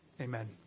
Amen